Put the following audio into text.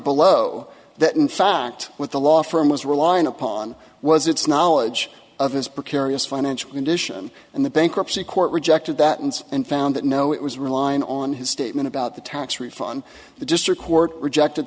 below that in fact what the law firm was relying upon was its knowledge of his precarious financial condition and the bankruptcy court rejected that and and found that no it was relying on his statement about the tax refund the district court rejected